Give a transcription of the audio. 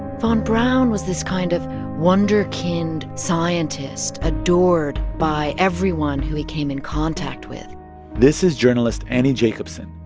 von braun was this kind of wunderkind scientist adored by everyone who he came in contact with this is journalist annie jacobsen,